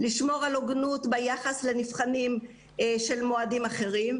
וגם לשמור על הוגנות ביחס לנבחנים של מועדים אחרים.